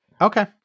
Okay